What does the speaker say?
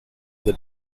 del